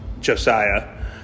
Josiah